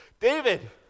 David